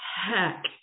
heck